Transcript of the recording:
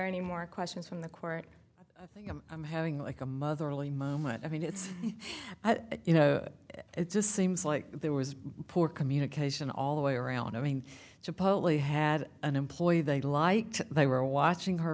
any more questions from the court i think i'm having like a motherly moment i mean it's you know it just seems like there was poor communication all the way around i mean supposedly had an employee they liked they were watching her